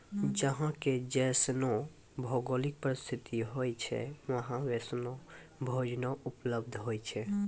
जहां के जैसनो भौगोलिक परिस्थिति होय छै वहां वैसनो भोजनो उपलब्ध होय छै